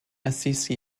assisi